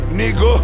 nigga